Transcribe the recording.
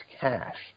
cash